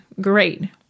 Great